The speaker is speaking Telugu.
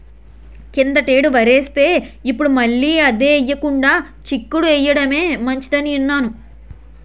కిందటేడు వరేస్తే, ఇప్పుడు మళ్ళీ అదే ఎయ్యకుండా చిక్కుడు ఎయ్యడమే మంచిదని ఇన్నాను